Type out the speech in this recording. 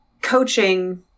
Coaching